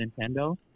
Nintendo